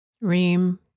Reem